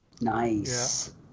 Nice